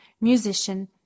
musician